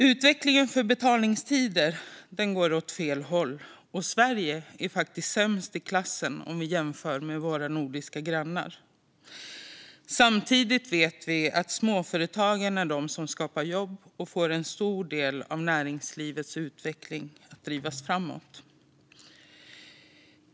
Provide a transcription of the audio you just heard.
Utvecklingen för betalningstider går åt fel håll, och Sverige är faktiskt sämst i klassen om vi jämför med våra nordiska grannar. Samtidigt vet vi att det är småföretagen som skapar jobb och driver en stor del av näringslivets utveckling framåt.